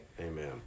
Amen